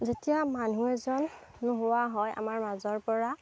যেতিয়া মানুহ এজন নোহোৱা হয় আমাৰ মাজৰ পৰা